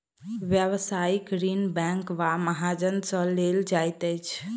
व्यवसायिक ऋण बैंक वा महाजन सॅ लेल जाइत अछि